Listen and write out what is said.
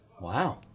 Wow